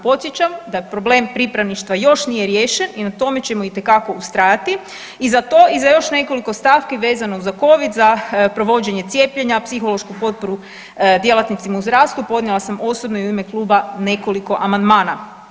Podsjećam da problem pripravništva još nije riješen i na tome ćemo itekako ustrajati i za to i za još nekoliko stavki vezano za Covid za provođenje cijepljenja, psihološku potporu djelatnicima u zdravstvu podnijela sam osobno i u ime kluba nekoliko amandmana.